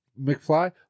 McFly